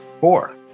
Four